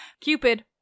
Cupid